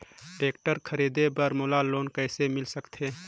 Tractor खरीदे बर मोला लोन कइसे मिल सकथे?